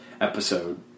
episode